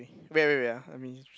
wait wait wait ah let me